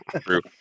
true